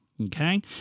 Okay